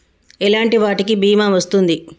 ఎలాంటి వాటికి బీమా వస్తుంది?